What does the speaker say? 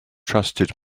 trusted